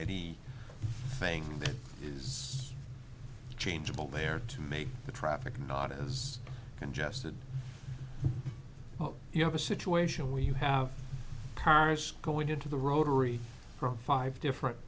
any thing that is changeable there to make the traffic not as congested you have a situation where you have cars going into the rotary from five different